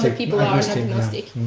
like people are agnostic.